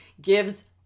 gives